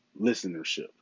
listenership